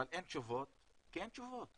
אבל אין תשובות כי אין תשובות.